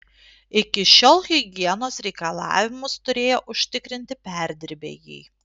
iki šiol higienos reikalavimus turėjo užtikrinti perdirbėjai